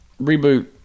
Reboot